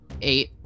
Eight